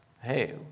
Hey